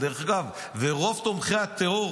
ודרך אגב, רוב תומכי הטרור